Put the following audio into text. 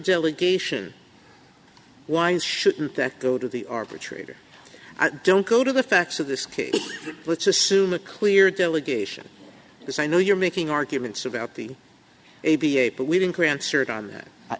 gelug ation why is shouldn't that go to the arbitrator don't go to the facts of this case let's assume a clear delegation because i know you're making arguments about the a b a but we didn't grant cert on that i